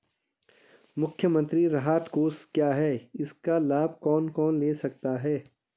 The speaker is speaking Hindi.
मुख्यमंत्री राहत कोष क्या है इसका लाभ कौन कौन ले सकता है?